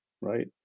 right